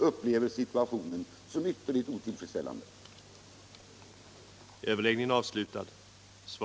upplever situationen som ytterligt otillfredsställande — vilket jag har förståelse för.